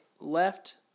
left